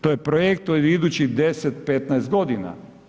To je projekt od idućih 10, 15 godina.